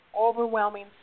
overwhelming